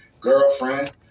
girlfriend